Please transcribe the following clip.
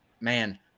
man